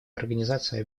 организация